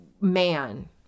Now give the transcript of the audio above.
man